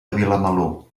vilamalur